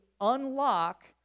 unlock